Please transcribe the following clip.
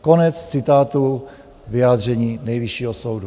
Konec citátu vyjádření Nejvyššího soudu.